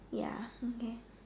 ya okay